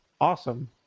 awesome